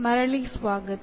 ಮರಳಿ ಸ್ವಾಗತ